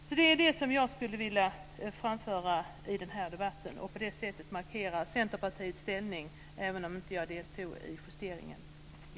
Jag deltog inte vid justeringen men vill med det som jag har anfört i den här debatten markera Centerpartiets ställningstaganden i detta sammanhang.